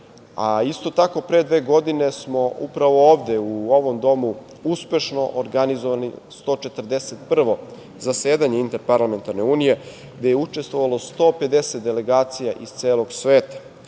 isto tako pre dve godine smo, upravo ovde, u ovom domu, uspešno organizovali 141. zasedanje Interparlamentarne unije, gde je učestvovalo 150 delegacija, iz celog sveta,